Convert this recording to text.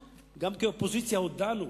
הודענו,